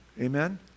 amen